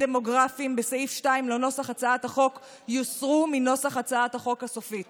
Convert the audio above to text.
דמוגרפיים" בסעיף 2 לנוסח הצעת החוק יוסרו מנוסח הצעת החוק הסופית